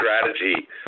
strategy